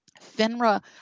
FINRA